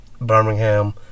Birmingham